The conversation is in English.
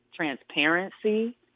transparency